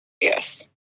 yes